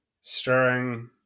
stirring